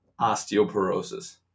osteoporosis